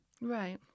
Right